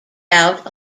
out